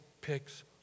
picks